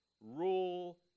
rule